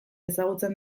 ezagutzen